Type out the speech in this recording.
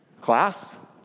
Class